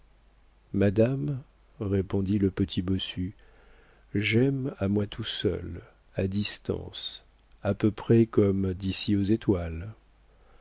madame répondit le petit bossu j'aime à moi tout seul à distance à peu près comme d'ici aux étoiles